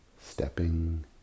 stepping